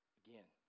again